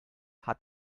hat